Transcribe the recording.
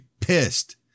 pissed